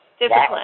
discipline